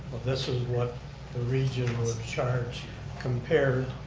this is what the region would charge compared.